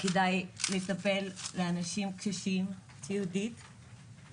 כדי לטפל באנשים קשישים סיעודיים,